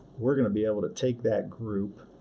we're going to be able to take that group,